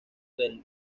del